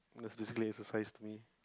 that's basically exercise to me